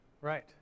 Right